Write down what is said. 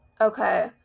Okay